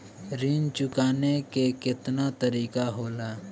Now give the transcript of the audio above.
ऋण चुकाने के केतना तरीका होला?